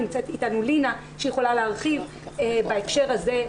נמצאת אתנו לינה שהיא יכולה להרחיב בהקשר הזה.